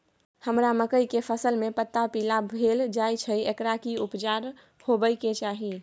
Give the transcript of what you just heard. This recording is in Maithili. हमरा मकई के फसल में पता पीला भेल जाय छै एकर की उपचार होबय के चाही?